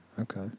okay